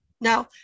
Now